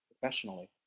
professionally